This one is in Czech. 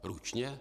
Ručně?